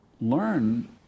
learn